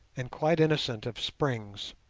and quite innocent of springs.